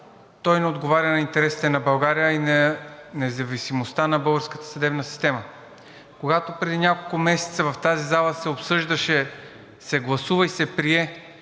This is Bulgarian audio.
той не отговаря на интересите на България и на независимостта на българската съдебна система. Когато преди няколко месеца в тази зала се обсъждаше, се гласува и се прие